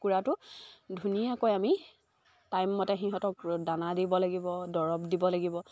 কুকুৰাটো ধুনীয়াকৈ আমি টাইমমতে সিহঁতক দানা দিব লাগিব দৰৱ দিব লাগিব